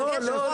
לא נכון.